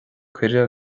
cuireadh